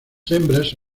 hembras